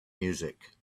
music